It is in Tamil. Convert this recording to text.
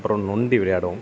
அப்புறோம் நொண்டி விளையாடுவோம்